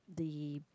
the